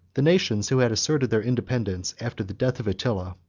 the nations who had asserted their independence after the death of attila,